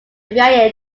via